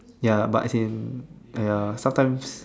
ya but in ya sometimes